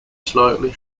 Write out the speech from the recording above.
slightly